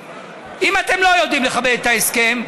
אם אתם לא יודעים לכבד את ההסכם,